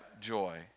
joy